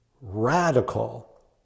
radical